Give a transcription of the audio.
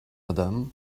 madame